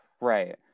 Right